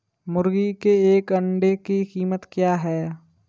मुर्गी के एक अंडे की कीमत क्या है?